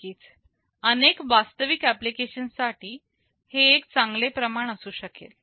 नक्कीच अनेक वास्तविक एप्लीकेशन साठी हे एक चांगले प्रमाण असू शकेल